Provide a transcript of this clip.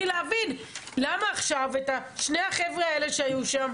להבין למה עכשיו את שני החבר'ה האלה שהיו שם,